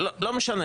לא, הם לא יכולים.